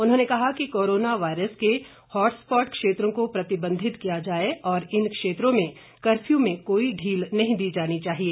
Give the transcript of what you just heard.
उन्होंने कहा कि कोरोना वायरस के हॉटस्पॉट क्षेत्रों को प्रतिबंधित किया जाए और इन क्षेत्रों में कर्फ्यू में कोई ढील नहीं दी जानी चाहिए